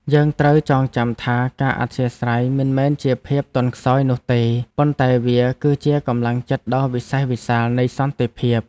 យើងត្រូវចងចាំថាការអធ្យាស្រ័យមិនមែនជាភាពទន់ខ្សោយនោះទេប៉ុន្តែវាគឺជាកម្លាំងចិត្តដ៏វិសេសវិសាលនៃសន្តិភាព។